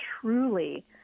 truly